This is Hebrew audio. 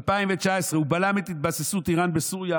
2019: הוא בלם את התבססות איראן בסוריה